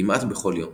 כמעט בכל יום